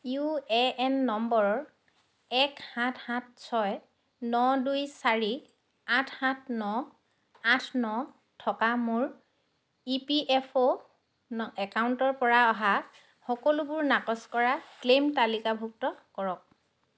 U A N number এক সাত সাত ছয় ন দুই চাৰি আঠ সাত ন আঠ ন থকা মোৰ ই পি এফ অ' একাউণ্টৰ পৰা অহা সকলোবোৰ নাকচ কৰা ক্লেইম তালিকাভুক্ত কৰক